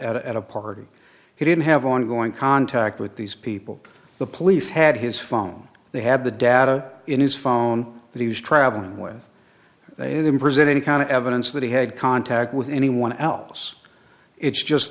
at a party he didn't have ongoing contact with these people the police had his fung they had the data in his phone that he was traveling with they didn't present any kind of evidence that he had contact with anyone else it's just